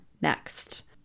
next